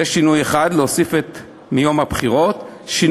זה שינוי אחד, להוסיף את "מיום הבחירות"; ב.